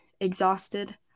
exhausted